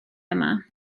yma